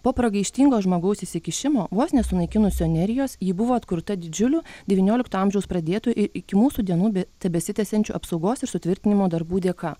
po pragaištingo žmogaus įsikišimo vos nesunaikinusio nerijos ji buvo atkurta didžiulių devyniolikto amžiaus pradėtų ir iki mūsų dienų be tebesitęsiančių apsaugos ir sutvirtinimo darbų dėka